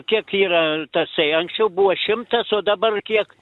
kiek yra tasai anksčiau buvo šimtas o dabar kiek